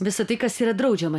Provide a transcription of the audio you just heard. visa tai kas yra draudžiama